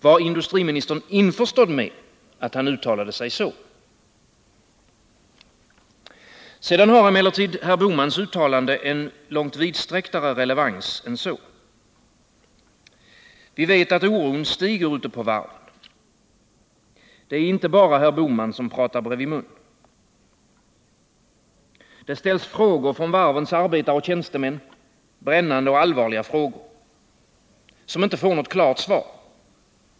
Var industriministern införstådd med att han uttalade sig Sedan har emellertid herr Bohmans uttalande en långt vidsträcktare relevans än så. Vi vet att oron stiger ute på varven. Det är inte bara herr Bohman som pratar bredvid mun. Det ställs frågor från varvens arbetare och tjänstemän — brännande och allvarliga frågor — som inte får något klart svar.